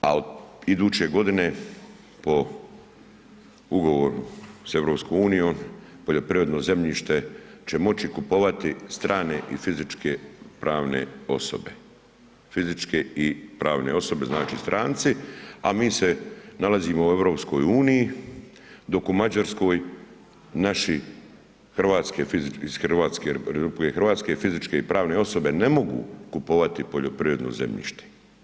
Ali iduće godine po ugovoru s EU poljoprivredno zemljište će moći kupovati strane i fizičke pravne osobe, fizičke i pravne osobe, znači stranci, a mi se nalazimo u EU-i, dok u Mađarskoj naši, hrvatske fizičke i pravne osobe ne mogu kupovati poljoprivredno zemljište.